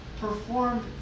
performed